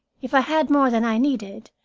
if i had more than i needed,